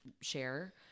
share